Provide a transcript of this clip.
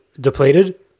depleted